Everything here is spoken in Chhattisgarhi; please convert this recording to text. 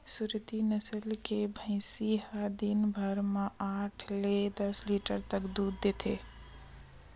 सुरती नसल के भइसी ह दिन भर म आठ ले दस लीटर तक दूद देथे